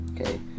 okay